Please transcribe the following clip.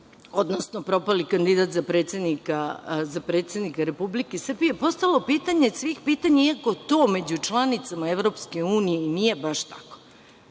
odnosno propali kandidat za predsednika Republike Srbije, postalo pitanje svih pitanja, iako to među članicama EU nije baš tako.